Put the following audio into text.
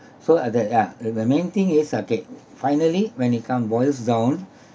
so at the ya the the main thing is okay finally when it come boils down